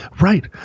Right